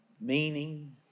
meaning